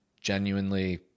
genuinely